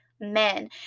men